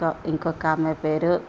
ఇక ఇంకొక ఆమె పేరు